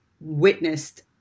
witnessed